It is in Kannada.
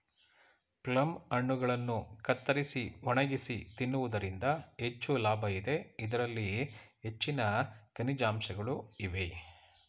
ಪ್ಲಮ್ ಹಣ್ಣುಗಳನ್ನು ಕತ್ತರಿಸಿ ಒಣಗಿಸಿ ತಿನ್ನುವುದರಿಂದ ಹೆಚ್ಚು ಲಾಭ ಇದೆ, ಇದರಲ್ಲಿ ಹೆಚ್ಚಿನ ಖನಿಜಾಂಶಗಳು ಇವೆ